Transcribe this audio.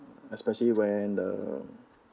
especially when the